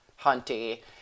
Hunty